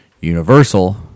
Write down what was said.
Universal